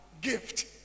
gift